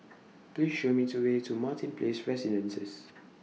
Please Show Me to Way to Martin Place Residences